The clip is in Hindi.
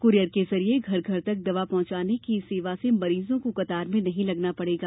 कोरियर के जरिए घर घर तक दवा पहुंचाने की इस सेवा से मरीजों को कतार में नहीं लगना पड़ेगा